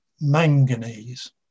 manganese